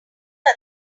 are